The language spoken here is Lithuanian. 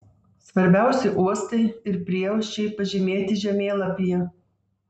svarbiausi uostai ir prieuosčiai pažymėti žemėlapyje